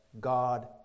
God